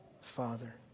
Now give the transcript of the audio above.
Father